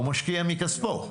הוא משקיע מכספו.